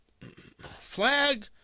flag